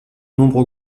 nombre